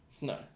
No